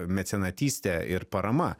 mecenatyste ir parama